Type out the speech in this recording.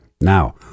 Now